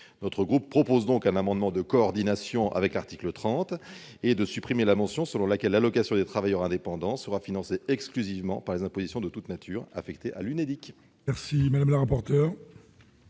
notre groupe propose un amendement de coordination avec l'article 30, visant à supprimer la mention selon laquelle l'allocation des travailleurs indépendants sera financée exclusivement par les impositions de toutes natures affectées à l'UNEDIC.